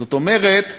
זאת אומרת,